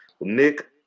Nick